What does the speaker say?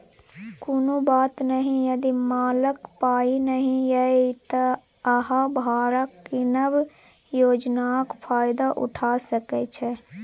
कुनु बात नहि यदि मालक पाइ नहि यै त अहाँ भाड़ा कीनब योजनाक फायदा उठा सकै छी